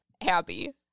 Abby